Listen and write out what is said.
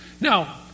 Now